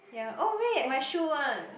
ya oh wait my shoe one